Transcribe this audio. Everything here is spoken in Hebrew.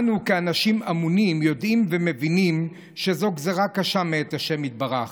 אנו כאנשים אמוניים יודעים ומבינים שזו גזרה קשה מאת ה' יתברך,